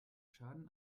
schaden